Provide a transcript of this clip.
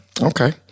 Okay